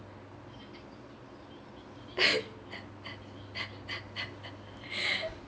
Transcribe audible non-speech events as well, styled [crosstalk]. [laughs]